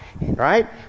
right